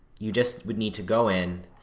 you just would need to go in,